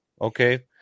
okay